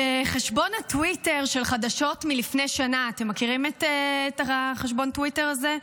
בחשבון הטוויטר של "חדשות מלפני שנה" אתם מכירים את חשבון הטוויטר הזה?